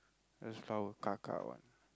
there's a flower